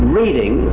reading